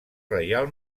real